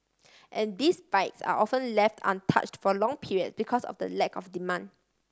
and these bikes are often left untouched for long period because of the lack of demand